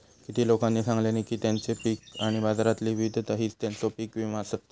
किती लोकांनी सांगल्यानी की तेंचा पीक आणि बाजारातली विविधता हीच तेंचो पीक विमो आसत